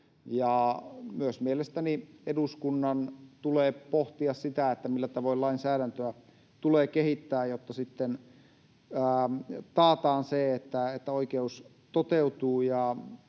Myös mielestäni eduskunnan tulee pohtia sitä, millä tavoin lainsäädäntöä tulee kehittää, jotta sitten taataan se, että oikeus toteutuu